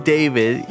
David